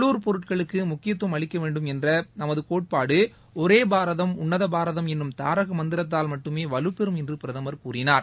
உள்ளுர் பொருட்களுக்கு முக்கியத்துவம் அளிக்க வேண்டும் என்ற நமது கோட்பாடு ஒரே பாரதம் உள்ளத பாரதம் என்னும் தாரக மந்திரத்தால் மட்டுமே வலுப்பெறும் என்று பிரதமர் கூறினார்